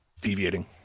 deviating